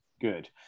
Good